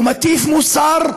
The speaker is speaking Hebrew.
הוא מטיף מוסר,